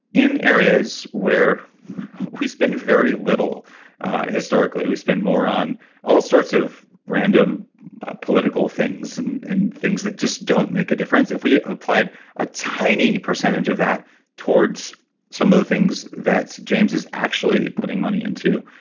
in areas where we spend very little historically we spend more on all sorts of random ah political things and and things that just don't make a difference, if we applied a tiny percentage of that towards some of the things that james is actually putting money into,